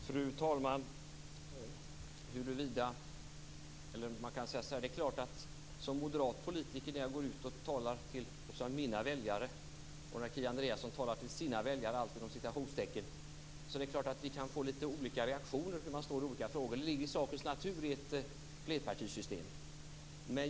Fru talman! När jag som moderat politiker talar med "mina" väljare och när Kia Andreasson talar med "sina" väljare är det klart att vi kan få lite olika reaktioner i skilda frågor. Det ligger i sakens natur i ett flerpartisystem.